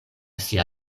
sia